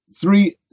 three